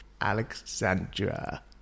alexandra